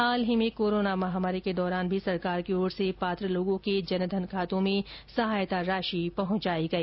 हाल ही में कोरोना महामारी के दौरान भी सरकार की ओर से पात्र लोगों के जन धन खातों में सहायता राशि पहुंचाई गई